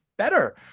better